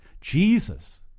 Jesus